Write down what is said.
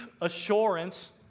assurance